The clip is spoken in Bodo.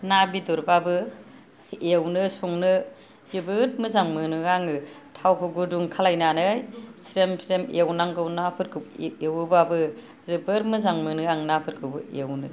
ना बेदरबाबो एवनो संनो जोबोद मोजां मोनो आङो थावखौ गुदुं खालायनानै स्रेम स्रेम एवनांगौ नाफोरखौ एवोबाबो जोबोर मोजां मोनो आं नाफोरखौबो एवनो